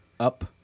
Up